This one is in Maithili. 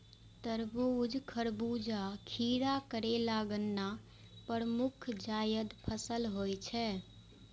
तरबूज, खरबूजा, खीरा, करेला, गन्ना प्रमुख जायद फसल होइ छै